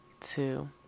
two